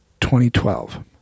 2012